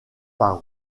par